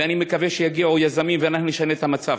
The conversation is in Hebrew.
ואני מקווה שיגיעו יזמים ואנחנו נשנה את המצב.